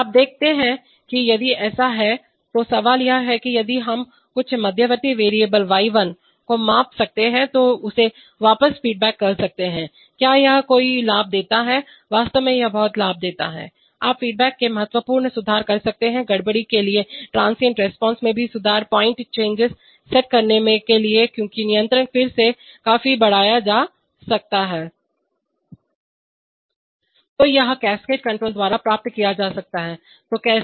तो आप देखते हैं कि यदि ऐसा है तो सवाल यह है कि यदि हम कुछ मध्यवर्ती वेरिएबल y1 को माप सकते हैं तो उसे वापस फीडबैक कर सकते हैं क्या यह कोई लाभ देता है वास्तव में यह बहुत लाभ देता है आप फीडबैक में महत्वपूर्ण सुधार कर सकते हैं गड़बड़ी के लिए ट्रांसिएंट रिस्पांस में भी सुधार पॉइंट चंगेस सेट करने के लिए क्योंकि नियंत्रक फिर से काफी बढ़ाया जा सकता है तो यह कास्केड कण्ट्रोल द्वारा प्राप्त किया जाता है तो कैसे